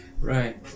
Right